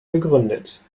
begründet